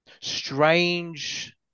strange